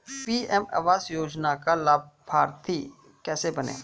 PM आवास योजना का लाभर्ती कैसे बनें?